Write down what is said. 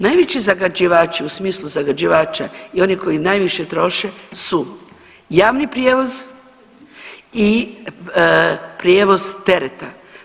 Najveći zagađivači u smislu zagađivača i oni koji najviše troše su javni prijevoz i prijevoz tereta.